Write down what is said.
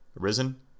arisen